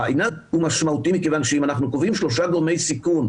העניין הוא משמעותי מכיוון שאם אנחנו קובעים שלושה גורמי סיכון,